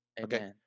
Okay